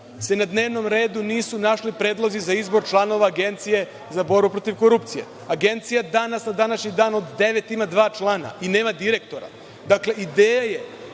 na dnevnom redu nisu našli predlozi za izbor članova Agencije za borbu protiv korupcije. Agencija danas, na današnji dan od devet ima dva člana, i nema direktora. Dakle, ideja je